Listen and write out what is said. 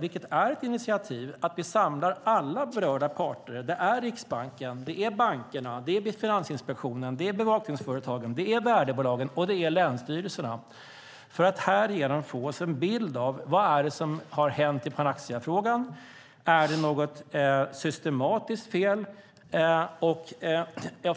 vilket är ett initiativ som innebär att vi samlar alla berörda parter - Riksbanken, bankerna, Finansinspektionen, bevakningsföretagen, värdebolagen och länsstyrelserna - för att härigenom få oss en bild av vad som hänt i Panaxiafrågan, om det är något systematiskt fel.